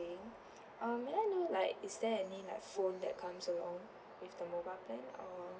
um may I know like is there any like phone that comes along with the mobile plan or